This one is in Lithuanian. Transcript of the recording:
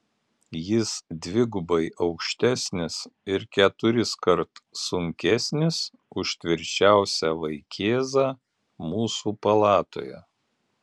jis dvigubai aukštesnis ir keturiskart sunkesnis už tvirčiausią vaikėzą mūsų palatoje